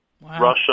Russia